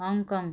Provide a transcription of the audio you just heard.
Hong Kong